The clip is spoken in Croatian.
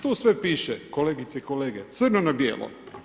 Tu sve pište, kolegice i kolege, crno na bijelo.